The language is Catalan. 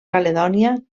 caledònia